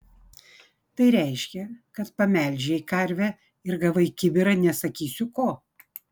tai reiškia kad pamelžei karvę ir gavai kibirą nesakysiu ko